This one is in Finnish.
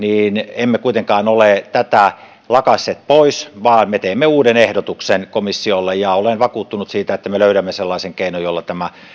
emme kuitenkaan ole tätä lakaisseet pois vaan me teemme uuden ehdotuksen komissiolle ja olen vakuuttunut siitä että me löydämme sellaisen keinon jolla tämä